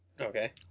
Okay